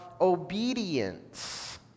obedience